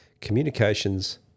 communications